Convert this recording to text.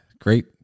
great